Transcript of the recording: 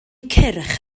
cyrch